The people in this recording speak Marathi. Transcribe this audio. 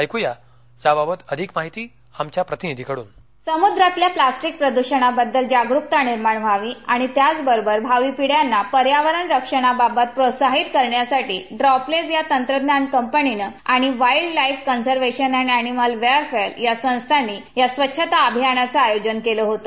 ऐकूया याबाबत अधिक माहिती आमच्या प्रतिनिधीकडून समुद्रातल्या प्लास्टिक प्रदूषणाबद्दल जागरूकता निर्माण व्हावी आणि त्याचबरोबर भावी पिढ्यांना पर्यावरण रक्षणाबाबत प्रोत्साहित करण्यासाठी ड्रॉप्लेज या तंत्रज्ञान कंपनीनं आणि wildlife conservation and animal welfare या संस्थांनी या स्वच्छता अभियांनाचं आयोजन केलं होतं